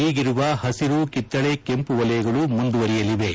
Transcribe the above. ಈಗಿರುವ ಪಸಿರು ಕಿತ್ತಳೆ ಕೆಂಪು ವಲಯಗಳು ಮುಂದುವರೆಯಲಿವೆ